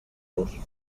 los